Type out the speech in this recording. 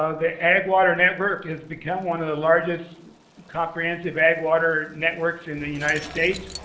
ah the ag. water network has become one of the largest comprehensive ag. water networks in the united states.